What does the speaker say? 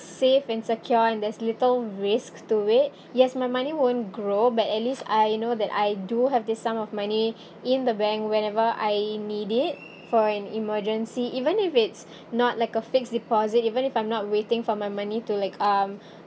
safe and secure and there's little risks to it yes my money won't grow but at least I know that I do have this sum of money in the bank whenever I need it for an emergency even if it's not like a fixed deposit even if I'm not waiting for my money to like um